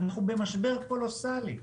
אנחנו במשבר קולוסלי.